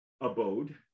abode